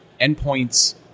endpoints